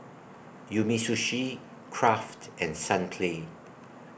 Umisushi Kraft and Sunplay